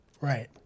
Right